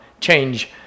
change